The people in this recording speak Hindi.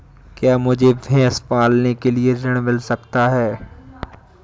क्या मुझे भैंस पालने के लिए ऋण मिल सकता है?